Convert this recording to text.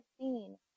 scene